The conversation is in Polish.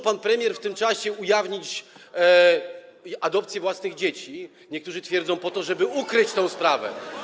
Pan premier zdążył w tym czasie ujawnić adopcję własnych dzieci, jak niektórzy twierdzą, po to, żeby ukryć tę sprawę.